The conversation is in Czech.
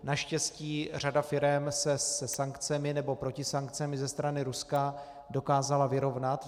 Naštěstí řada firem se se sankcemi nebo protisankcemi ze strany Ruska dokázala vyrovnat.